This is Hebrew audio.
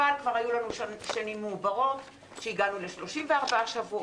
אבל כבר היו שנים מעוברות שהגענו ל-34 שבועות,